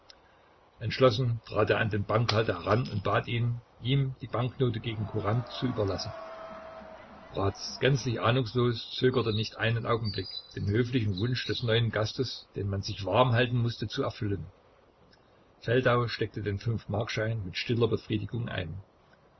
entschlossen trat er an den bankhalter heran und bat ihn ihm die banknote gegen kurant zu überlassen bratz gänzlich ahnungslos zögerte nicht einen augenblick den höflichen wunsch des neuen gastes den man sich warm halten mußte zu erfüllen feldau steckte den fünfmarkschein mit stiller befriedigung ein